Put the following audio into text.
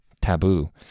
taboo